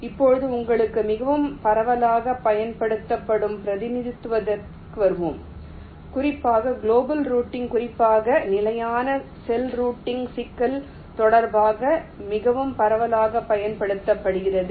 இப்போது உங்களுக்காக மிகவும் பரவலாகப் பயன்படுத்தப்படும் பிரதிநிதித்துவத்திற்கு வருவோம் குறிப்பாக குளோபல் ரூட்டிங் குறிப்பாக நிலையான செல் ரூட்டிங் சிக்கல் தொடர்பாக மிகவும் பரவலாகப் பயன்படுத்தப்படுகிறது